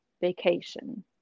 vacation